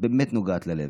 באמת נוגעת ללב: